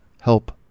help